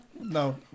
No